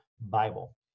Bible